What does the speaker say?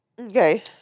Okay